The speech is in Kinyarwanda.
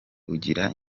ugira